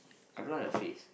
I don't like her face